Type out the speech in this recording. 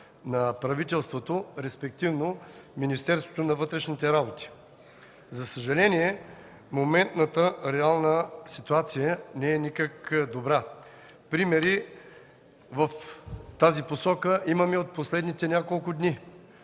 на правителството, респективно на Министерството на вътрешните работи. За съжаление, моментната, реална ситуация не е никак добра. Примери в тази посока имаме от последните няколко дни: